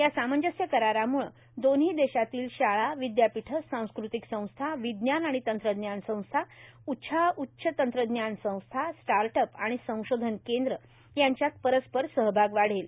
या सामंजस्य करारामुळे दोन्ही देशातील शाळा विद्यापीठे सांस्कृतिक संस्था विज्ञान आणि तंत्रज्ञान संस्था उच्छाह उच्च तंत्रज्ञान संस्था स्टार्ट अप आणि संशोधन केंद्रे यांच्यात परस्पर सहभाग वाढेल